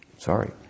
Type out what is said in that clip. Sorry